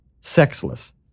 Sexless